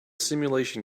simulation